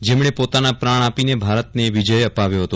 જેમણે પોતાના પ્રાણ આપીને ભારતને વિજય અપાવ્યો હતો